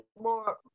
more